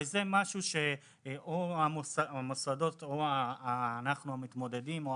וזה משהו שהמוסדות או אנחנו המתמודדים או